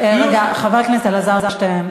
חבר הכנסת אלעזר שטרן,